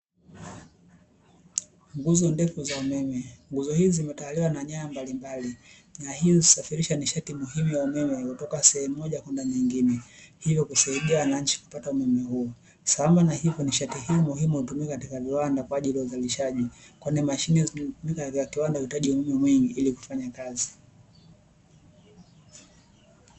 Nguzo ndefu za umeme, nguzo hizi zimetawaliwa na nyaya mbalimbali na hizi husafirisha nishati muhimu ya umeme unaotoka sehemu moja kwenda nyingine, hivyo kusaidia wanainchi kupata umeme huu. Sambamba na hivyo nishati hii muhimu hutumika katika viwanda kwa ajili ya uzalishaji kwani mashine katika kiwanda huhitaji umeme mwingi ili kufanya kazi.